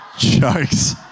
Jokes